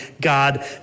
God